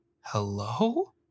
Hello